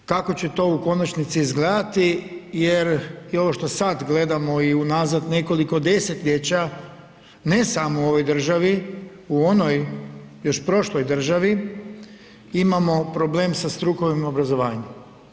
Ne znam kako će to u konačnici izgledati jer i ovo što sada gledamo i unazad nekoliko desetljeća, ne samo u ovoj državi u onoj još prošloj državi imamo problem sa strukovnim obrazovanjem.